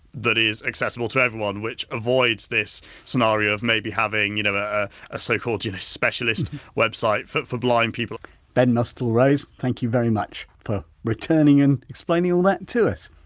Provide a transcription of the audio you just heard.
that is accessible to everyone, which avoids this scenario of may be having you know a ah so-called you know specialist website for for blind people ben mustill-rose, thank you very much for returning and explaining all that to us